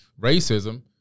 racism